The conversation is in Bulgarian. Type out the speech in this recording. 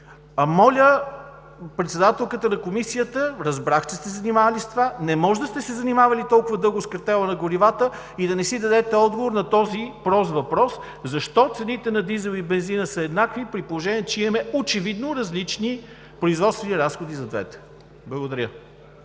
Моля председателката на Комисията, разбрах, че сте се занимавали с това, не може да сте се занимавали толкова дълго с картела на горивата и да не си дадете отговор на този прост въпрос – защо цените на дизела и бензина са еднакви, при положение че имаме очевидно различни производствени разходи за двете? Благодаря